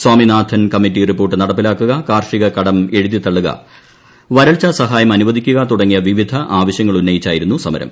Swaminathan committee report നടപ്പിലാക്കുക കാർഷിക കടം എഴുതിത്തള്ളുക വരൾച്ചാ സഹായം അനുവദിക്കുക തുടങ്ങിയ വിവിധ ആവശ്യങ്ങൾ ഉന്നയിച്ചായിരുന്നു സമരം